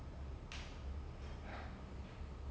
who's going to talk first who's going to come first